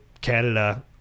canada